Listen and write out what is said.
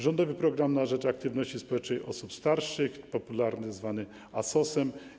Rządowy program na rzecz aktywności społecznej osób starszych”, popularnie zwany ASOS.